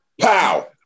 pow